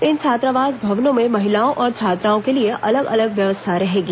इन छात्रावास भवनों में महिलाओं और छात्राओं के लिए अलग अलग व्यवस्था रहेगी